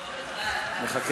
תודה רבה לך, אדוני.